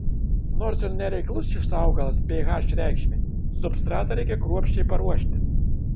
nors ir nereiklus šis augalas ph reikšmei substratą reikia kruopščiai paruošti